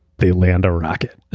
they land a rocket.